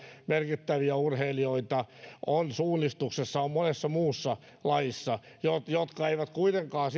merkittäviä urheilijoita on suunnistuksessa on monessa muussa lajissa jotka eivät katsojamääriltään kuitenkaan